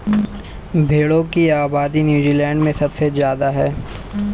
भेड़ों की आबादी नूज़ीलैण्ड में सबसे ज्यादा है